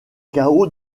chaos